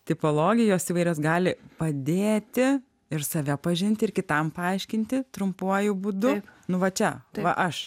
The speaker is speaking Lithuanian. tipologijos įvairias gali padėti ir save pažinti ir kitam paaiškinti trumpuoju būdu nu va čia va aš